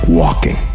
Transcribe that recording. walking